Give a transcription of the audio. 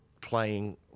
playing